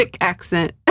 Accent